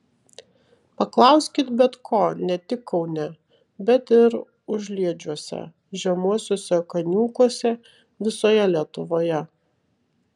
paklauskit bet ko ne tik kaune bet ir užliedžiuose žemuosiuose kaniūkuose visoje lietuvoje